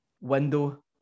window